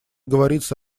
говорится